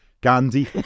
Gandhi